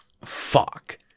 fuck